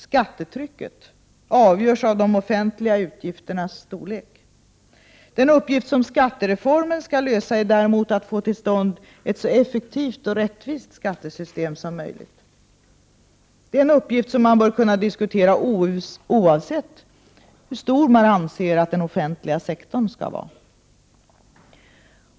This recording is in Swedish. Skattetrycket avgörs av de offentliga utgifternas storlek. Den uppgift som skattereformen skall lösa är däremot att få till stånd ett så effektivt och rättvist skattesystem som möjligt. Det är en uppgift som man bör kunna diskutera, oavsett hur stor man anser att den offentliga sektorn skall vara.